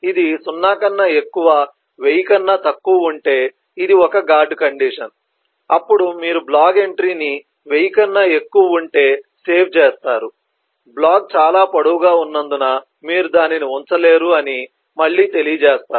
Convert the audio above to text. ఇది 0 కన్నా ఎక్కువ 1000 కన్నా తక్కువ ఉంటే ఇది ఒక గార్డ్ కండిషన్ అప్పుడు మీరు బ్లాగ్ ఎంట్రీని 1000 కన్నా ఎక్కువ ఉంటే సేవ్ చేస్తారు బ్లాగ్ చాలా పొడవుగా ఉన్నందున మీరు దానిని ఉంచలేరు అని మళ్ళీ తెలియజేస్తారు